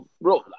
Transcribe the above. Bro